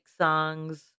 songs